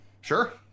Sure